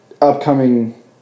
upcoming